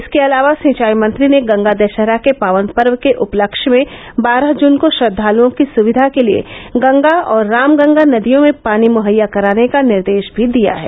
इसके अलावा सिंचाई मंत्री ने गंगा दषहरा के पावन पर्व के उपलक्ष्य में बारह जून को श्रद्दालुओं की सुविधा के लिये गंगा और राम गंगा नदियों में पानी मुहैया कराने का निर्देष भी दिया है